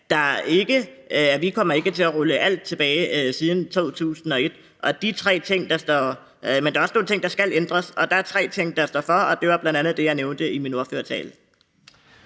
at vi ikke kommer til at rulle alt tilbage siden 2001. Men der er også nogle ting, der skal ændres, og der er tre ting, der står for, og det var bl.a. det, jeg nævnte i min ordførertale.